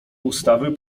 ustawy